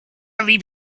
leave